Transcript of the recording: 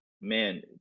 man